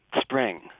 spring